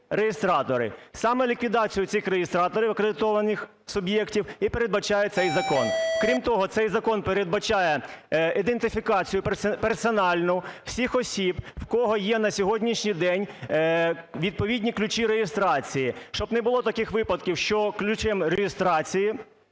реєстратори. Саме ліквідацію цих реєстраторів акредитованих суб'єктів і передбачає цей закон. Крім того, цей закон передбачає ідентифікацію персональну всіх осіб, у кого є на сьогоднішній день відповідні ключі реєстрації, щоб не було таких випадків, що ключем реєстрації,